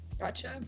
Gotcha